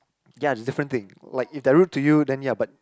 ya is different thing like if they rude to you then ya but